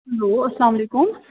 hello اسلامُ علیکُم